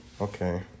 Okay